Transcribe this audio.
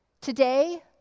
Today